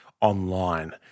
online